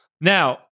Now